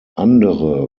andere